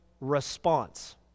response